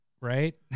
right